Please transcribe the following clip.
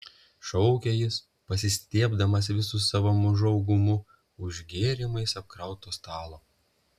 šaukė jis pasistiebdamas visu savo mažu augumu už gėrimais apkrauto stalo